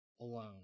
alone